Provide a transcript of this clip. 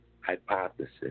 hypothesis